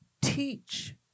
teach